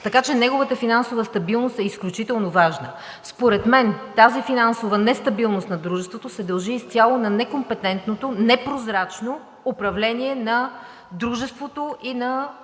така че неговата финансова стабилност е изключително важна. Според мен тази финансова нестабилност на дружеството се дължи изцяло на некомпетентното, непрозрачно управление на дружеството и на